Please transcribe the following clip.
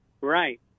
Right